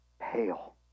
pale